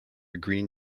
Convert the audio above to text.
green